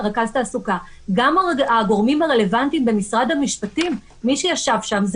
גם הגורמים הרלוונטיים במשרד המשפטים מי שישב שם אלה